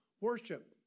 worship